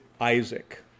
Isaac